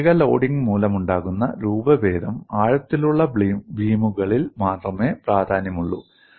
കത്രിക ലോഡിംഗ് മൂലമുണ്ടാകുന്ന രൂപഭേദം ആഴത്തിലുള്ള ബീമുകളിൽ മാത്രമേ പ്രാധാന്യമുള്ളൂ